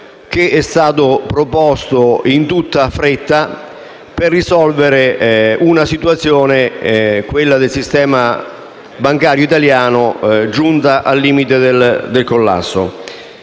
che è stato proposto in tutta fretta per risolvere una situazione, quella del sistema bancario italiano, giunta al limite del collasso.